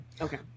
Okay